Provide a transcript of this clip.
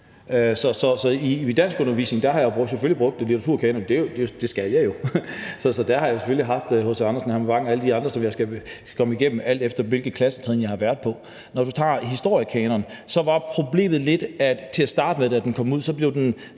Så i min danskundervisning har jeg selvfølgelig brugt litteraturkanonen – det skulle jeg jo. Så der har jeg selvfølgelig haft H.C. Andersen, Herman Bang og alle de andre, som jeg skulle igennem, alt efter hvilket klassetrin jeg har undervist. Når vi tager historiekanonen, var problemet lidt, at til at starte med, da den kom ud, var der